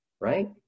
right